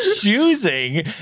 choosing